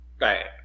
right